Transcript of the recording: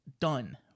done